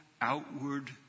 outward